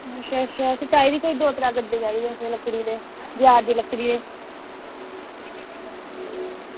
अच्छा अच्छा असें कोई त्रै चार गड्ढे चाहिदे लकड़ी दे देआर दी लकड़ी दे